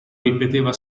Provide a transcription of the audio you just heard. ripeteva